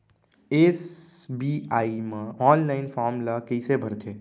SBI म online form ल कइसे भरथे?